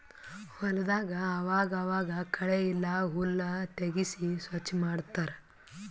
ಹೊಲದಾಗ್ ಆವಾಗ್ ಆವಾಗ್ ಕಳೆ ಇಲ್ಲ ಹುಲ್ಲ್ ತೆಗ್ಸಿ ಸ್ವಚ್ ಮಾಡತ್ತರ್